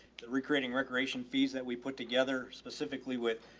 the recreating recreation fees that we put together specifically with,